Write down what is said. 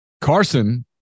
Carson